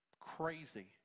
crazy